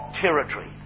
territory